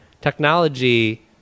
technology